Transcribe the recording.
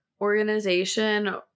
organization